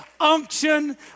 unction